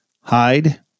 hide